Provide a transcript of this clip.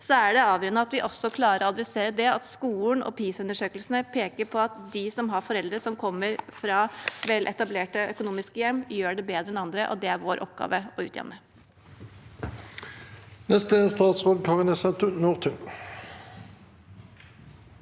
er avgjørende at vi også klarer å ta tak i det at skolen og PISA-undersøkelsene peker på at de som har foreldre som kommer fra veletablerte økonomiske hjem, gjør det bedre enn andre, og det er det vår oppgave å utjevne.